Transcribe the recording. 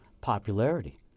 Popularity